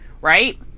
right